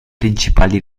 principali